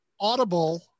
Audible